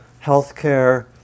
healthcare